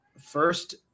first